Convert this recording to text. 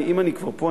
אם אני כבר פה,